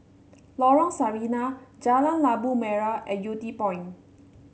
Lorong Sarina Jalan Labu Merah and Yew Tee Point